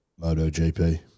MotoGP